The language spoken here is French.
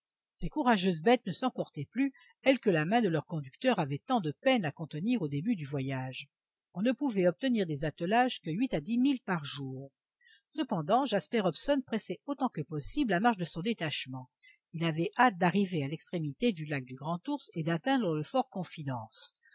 ces courageuses bêtes ne s'emportaient plus elles que la main de leurs conducteurs avait tant de peine à contenir au début du voyage on ne pouvait obtenir des attelages que huit à dix milles par jour cependant jasper hobson pressait autant que possible la marche de son détachement il avait hâte d'arriver à l'extrémité du lac du grand ours et d'atteindre le